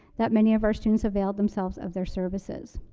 that many of our students availed themselves of their services.